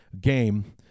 game